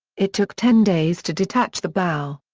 it took ten days to detach the bow.